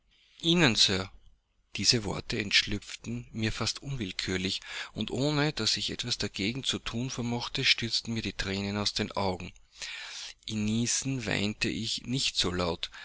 ihnen sir diese worte entschlüpften mir fast unwillkürlich und ohne daß ich etwas dagegen zu thun vermochte stürzten mir die thränen aus den augen indessen weinte ich nicht so laut